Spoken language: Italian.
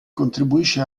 contribuisce